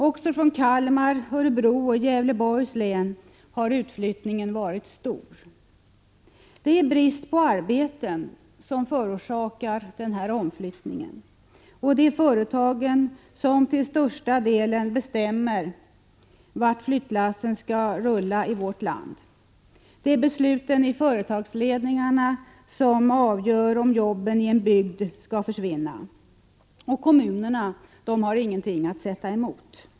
Också från Kalmar, Örebro och Gävleborgs län har utflyttningen varit stor. Det är brist på arbeten som förorsakar omflyttningen, och det är företagen som till största delen bestämmer vart flyttlassen skall rulla i vårt land. Det är besluten i företagsledningarna som avgör om jobben i en bygd skall försvinna, och kommunerna har ingenting att sätta emot.